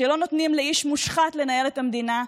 שלא נותנים לאיש מושחת לנהל את המדינה,